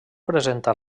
presenta